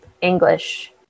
English